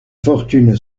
fortune